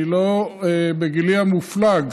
בגילי המופלג,